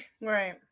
Right